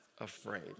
afraid